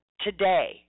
Today